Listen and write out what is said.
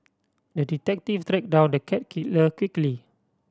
the detective down the cat killer quickly